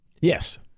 Yes